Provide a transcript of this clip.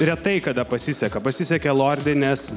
retai kada pasiseka pasisekė lordi nes